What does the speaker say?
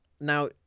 Now